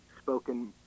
spoken